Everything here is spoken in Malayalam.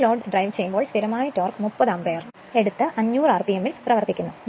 ഒരു ലോഡ് ഡ്രൈവ് ചെയ്യുമ്പോൾ സ്ഥിരമായ ടോർക്ക് 30 ആമ്പിയർ എടുത്ത് 500 ആർപിഎമ്മിൽ പ്രവർത്തിക്കുന്നു